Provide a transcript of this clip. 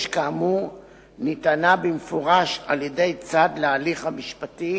כאמור ניתנה במפורש על-ידי צד להליך המשפטי